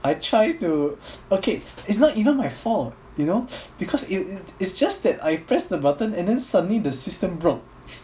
I try to okay it's not even my fault you know because it it's just that I press the button and then suddenly the system broke